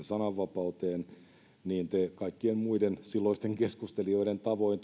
sananvapauteen niin te kaikkien muiden silloisten keskustelijoiden tavoin